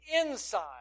inside